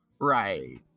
Right